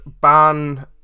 ban